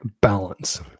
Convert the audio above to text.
balance